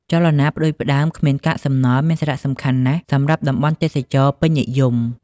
ចលនាផ្តួចផ្តើមគ្មានកាកសំណល់មានសារៈសំខាន់ណាស់សម្រាប់តំបន់ទេសចរណ៍ពេញនិយម។